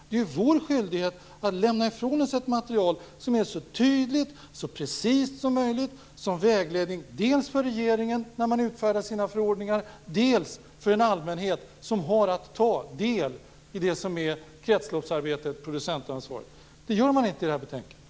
Det är vår skyldighet att lämna ifrån oss ett material som är så tydligt och precist som möjligt, som vägledning dels för regeringen när den utfärdar sina förordningar, dels för en allmänhet som har att ta del i kretsloppsarbetet och producentansvaret. Det gör man inte i detta betänkande.